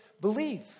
believe